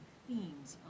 themes